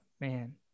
man